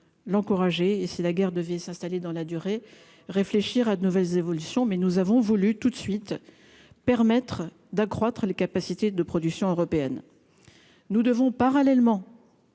l'encourager et si la guerre de ville s'installer dans la durée, réfléchir à de nouvelles évolutions mais nous avons voulu tout de suite, permettre d'accroître les capacités de production européenne, nous devons parallèlement